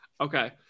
Okay